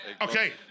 Okay